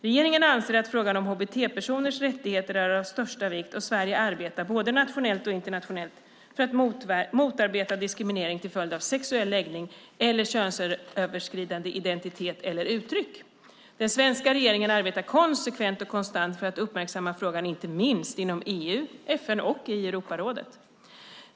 Regeringen anser att frågan om hbt-personers rättigheter är av största vikt, och Sverige arbetar, både nationellt och internationellt, för att motarbeta diskriminering till följd av sexuell läggning eller könsöverskridande identitet eller uttryck. Den svenska regeringen arbetar konsekvent och konstant för att uppmärksamma frågan, inte minst inom EU, FN och i Europarådet.